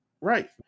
Right